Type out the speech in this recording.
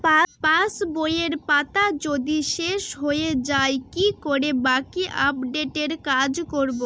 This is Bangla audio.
পাসবইয়ের পাতা যদি শেষ হয়ে য়ায় কি করে বাকী আপডেটের কাজ করব?